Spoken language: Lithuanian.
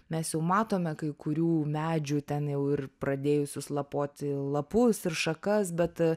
mes jau matome kai kurių medžių ten jau ir pradėjusius lapoti lapus ir šakas bet